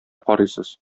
карыйсыз